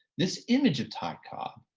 this image of ty cobb,